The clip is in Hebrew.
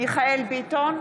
מיכאל מרדכי ביטון,